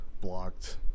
blocked